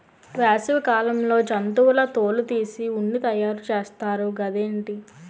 వేసవి కాలంలో జంతువుల తోలు తీసి ఉన్ని తయారు చేస్తారు గదేటి